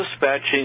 dispatching